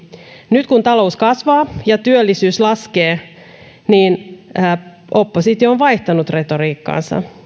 nyt kun talous kasvaa ja työllisyys laskee oppositio on vaihtanut retoriikkaansa